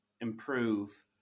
improve